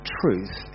truth